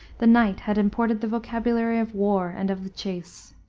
the knight had imported the vocabulary of war and of the chase.